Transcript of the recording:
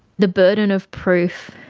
the burden of proof